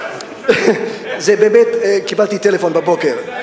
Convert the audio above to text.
זה באמת, קיבלתי טלפון בבוקר,